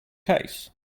case